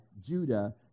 Judah